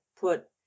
put